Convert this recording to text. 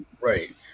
Right